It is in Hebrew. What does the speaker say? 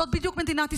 זאת בדיוק מדינת ישראל,